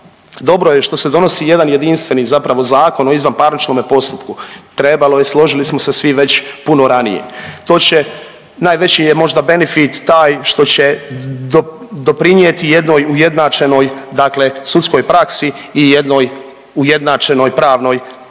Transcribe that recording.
dobro je što se donosi jedan jedinstveni zapravo Zakon o izvanparničnome postupku, trebalo je složili smo se svi već puno ranije. To je, najveći je možda benefit taj što će doprinijeti jednoj ujednačenoj dakle sudskoj praksi i jednoj ujednačenoj pravnoj